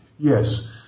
Yes